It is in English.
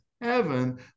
heaven